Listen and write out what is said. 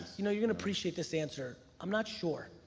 you know you're gonna appreciate this answer. i'm not sure,